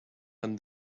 and